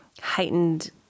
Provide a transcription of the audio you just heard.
heightened